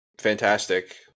fantastic